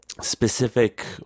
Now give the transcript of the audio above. specific